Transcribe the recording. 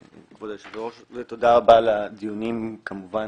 כבוד יושבת הראש ותודה רבה על הדיונים כמובן.